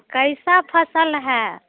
कैसा फसल है